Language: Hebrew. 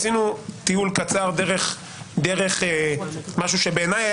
עשינו טיול קצר דרך משהו שבעיני היה